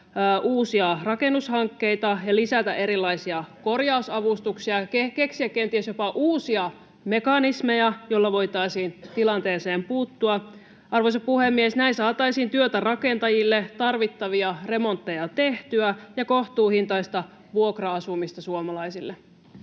Entisetkin on myytävä!] ja lisätä erilaisia korjausavustuksia, keksiä kenties jopa uusia mekanismeja, joilla voitaisiin tilanteeseen puuttua? Arvoisa puhemies! Näin saataisiin työtä rakentajille, tarvittavia remontteja tehtyä ja kohtuuhintaista vuokra-asumista suomalaisille.